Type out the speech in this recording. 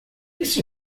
isso